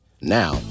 Now